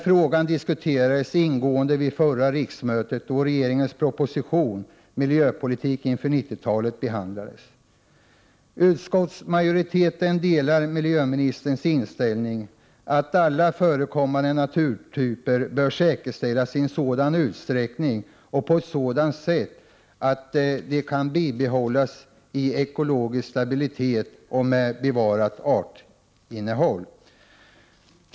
Frågan diskuterades ingående vid förra riksmötet, då regeringens proposition Miljöpolitiken inför 90-talet behandlades. Utskottsmajoriteten delar miljöministerns inställning att alla förekommande naturtyper bör säkerställas i en sådan utsträckning och på ett sådant sätt att de kan bibehållas i ekologisk stabilitet och med bevarat artinnehåll.